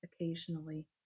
occasionally